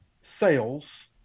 sales